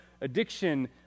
addiction